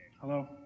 Hello